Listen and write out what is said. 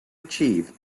achieve